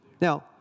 Now